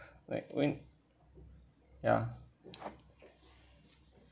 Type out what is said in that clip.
like when ya